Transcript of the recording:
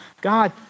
God